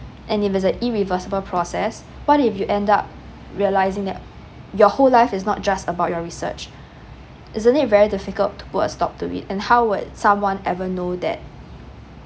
and if it's a irreversible process what if you end up realising that your whole life is not just about your research isn't it very difficult to put a stop to it and how would someone ever know that